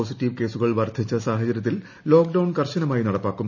positive കേസുകൾ വർദ്ധിച്ച സാഹചര്യത്തിൽ ലോക്ഡൌൺ കർശനമായി നടപ്പാക്കും